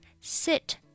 Sit